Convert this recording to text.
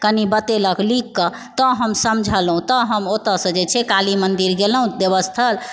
कनि बतेलक लिख कऽ तऽ हम समझलहुँ तऽ हम ओतएसँ जे छै काली मन्दिर गेलहुँ देवस्थल